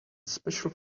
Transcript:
special